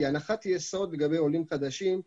הנחת יסוד לגבי עולים חדשים היא